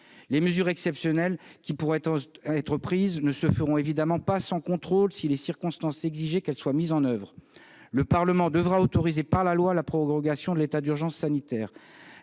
Les mesures exceptionnelles qui pourront être prises ne se feront évidemment pas sans contrôle si les circonstances exigeaient qu'elles soient mises en oeuvre. Le Parlement devra autoriser par la loi la prorogation de l'état d'urgence sanitaire,